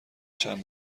چند